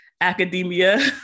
academia